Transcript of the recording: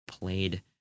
played